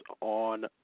on